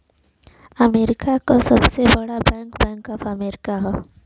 America क सबसे बड़ा बैंक बैंक ऑफ अमेरिका हौ